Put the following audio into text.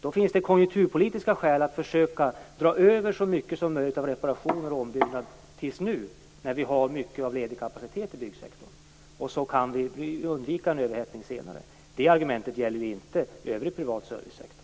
Då finns det konjunkturpolitiska skäl att försöka dra över så mycket som möjligt av reparationer och ombyggnad tills nu, när vi har mycket ledig kapacitet i byggsektorn. Då kan vi undvika en överhettning senare. Det argumentet gäller inte den övriga privata servicesektorn.